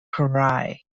krai